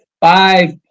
five